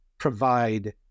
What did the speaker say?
Provide